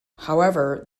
however